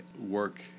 work